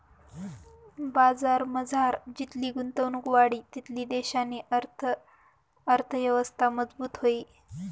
बजारमझार जितली गुंतवणुक वाढी तितली देशनी अर्थयवस्था मजबूत व्हयी